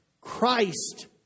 Christ